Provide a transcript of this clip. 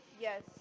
Yes